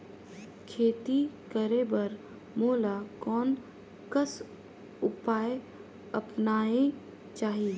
खेती करे बर मोला कोन कस उपाय अपनाये चाही?